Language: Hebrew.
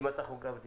עם הטכוגרף הדיגיטלי.